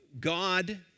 God